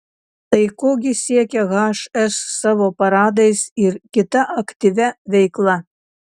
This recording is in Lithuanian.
tai ko gi siekia hs savo paradais ir kita aktyvia veikla